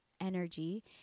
energy